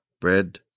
bread